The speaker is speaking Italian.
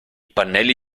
pannelli